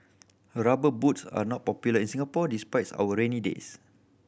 Rubber Boots are not popular in Singapore despite our rainy days